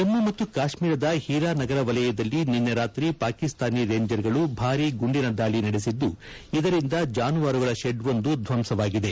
ಜಮ್ಮು ಮತ್ತು ಕಾಶ್ಮೀರದ ಹೀರಾನಗರ ವಲಯದಲ್ಲಿ ನಿನ್ನೆ ರಾತ್ರಿ ಪಾಕಿಸ್ತಾನಿ ರೇಂಜರ್ಗಳು ಭಾರೀ ಗುಂಡಿನ ದಾಳಿ ನಡೆಸಿದ್ದು ಇದರಿಂದ ಜಾನುವಾರುಗಳ ಶೆಡ್ವೊಂದು ಧ್ವಂಸವಾಗಿದೆ